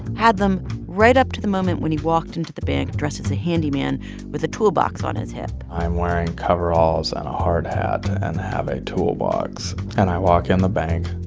had them right up to the moment when he walked into the bank dressed as a handyman with a toolbox on his hip i'm wearing coveralls and a hard hat and have a toolbox. and i walk in the bank,